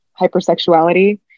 hypersexuality